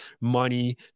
money